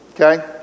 okay